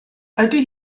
ydy